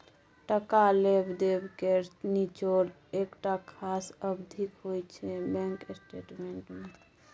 टका लेब देब केर निचोड़ एकटा खास अबधीक होइ छै बैंक स्टेटमेंट मे